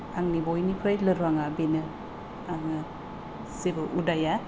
आंनि बयनिख्रुइ लोरबाङा बेनो आङो जेबो उदाया